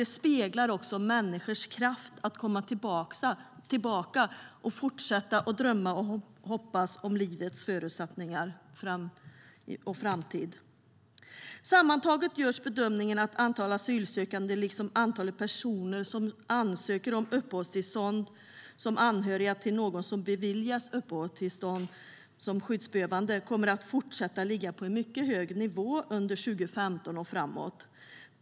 Det speglar också människors kraft att komma tillbaka och fortsätta att drömma om och hoppas på livets förutsättningar och framtid. Sammantaget görs bedömningen att antalet asylsökande liksom antalet personer som ansöker om uppehållstillstånd som anhöriga till någon som beviljats uppehållstillstånd som skyddsbehövande kommer att fortsätta ligga på en mycket hög nivå under 2015 och framåt.